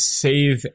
save